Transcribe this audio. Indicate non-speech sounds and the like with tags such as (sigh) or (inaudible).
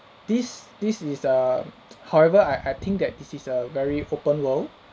this this is err (noise) however I I think that this is a very open world